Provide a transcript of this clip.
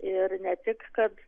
ir ne tik kad